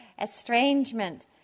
estrangement